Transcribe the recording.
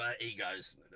Egos